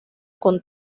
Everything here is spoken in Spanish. con